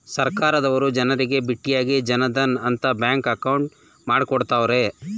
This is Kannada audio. ಸರ್ಕಾರದವರು ಜನರಿಗೆ ಬಿಟ್ಟಿಯಾಗಿ ಜನ್ ಧನ್ ಅಂತ ಬ್ಯಾಂಕ್ ಅಕೌಂಟ್ ಮಾಡ್ಕೊಡ್ತ್ತವ್ರೆ